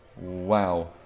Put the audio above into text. Wow